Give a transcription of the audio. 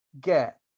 get